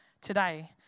today